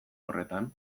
horretan